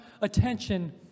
attention